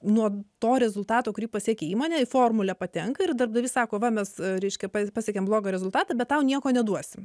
nuo to rezultato kurį pasiekė įmonė į formulę patenka ir darbdavys sako va mes reiškia pa pasiekėm blogą rezultatą bet tau nieko neduosim